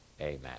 Amen